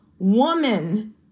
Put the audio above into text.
woman